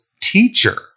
teacher